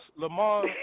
Lamar